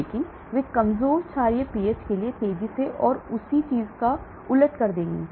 इसलिए वे कमजोर क्षारीय pH के लिए तेजी से और उसी चीज को उलट देंगे